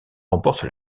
remporte